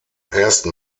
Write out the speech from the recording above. ersten